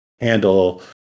handle